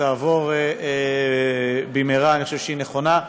שתעבור במהרה, אני חושב שהיא נכונה.